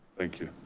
thank you